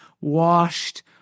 washed